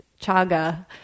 chaga